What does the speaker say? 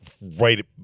right